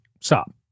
stop